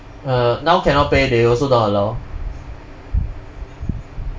uh now cannot pay they also don't allow